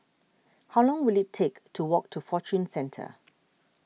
how long will it take to walk to Fortune Centre